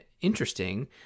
interesting